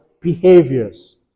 behaviors